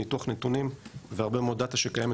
ניתוח נתונים והרבה מאוד דאטה שקיימת